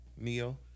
Neo